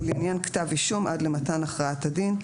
ולעניין כתב אישום עד למתן הכרעת הדין,